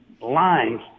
lines